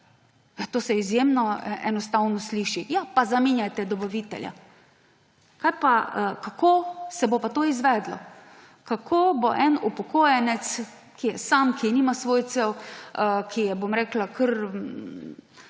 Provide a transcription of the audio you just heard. to se izjemno enostavno sliši: ja, pa zamenjajte dobavitelja. Kako se bo pa to izvedlo? Kako bo en upokojenec, ki je sam, ki nima svojcev, ki se, bom kar